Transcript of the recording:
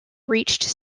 reached